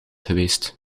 geweest